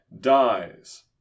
dies